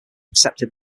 accepted